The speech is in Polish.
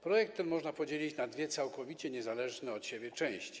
Projekt ten można podzielić na dwie całkowicie niezależne od siebie części.